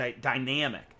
dynamic